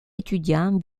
étudiants